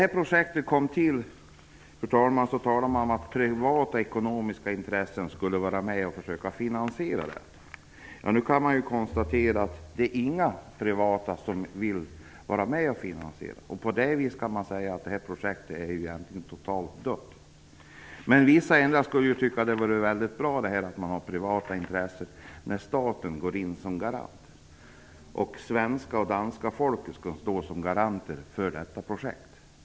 När projektet kom till sades det att privata ekonomiska intressen skulle vara med och finansiera det. Nu kan det konstateras att inga privata intressen vill vara med om finansieringen. På det viset kan projektet sägas vara totalt dött. Vissa skulle nog tycka att det vore bra att ha privata intressen med, när staten går in som garant. Svenska och danska folket skall stå som garanter för detta projekt.